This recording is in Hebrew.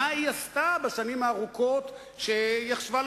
מה היא עשתה בשנים הארוכות שהיא ישבה,